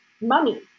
money